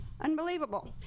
Unbelievable